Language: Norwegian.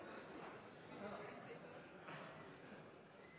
Ja. Da